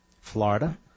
Florida